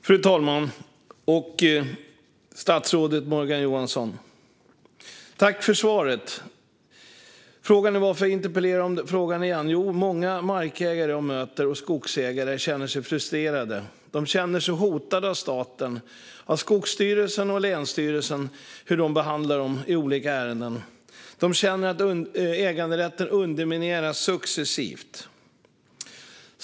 Fru talman! Tack för svaret, statsrådet Morgan Johansson! Frågan är varför jag interpellerar om detta igen. Jo, många markägare och skogsägare som jag möter känner sig frustrerade. De känner sig hotade av staten, av Skogsstyrelsens och länsstyrelsens behandling av dem i olika ärenden. De känner att äganderätten successivt undermineras.